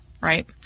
right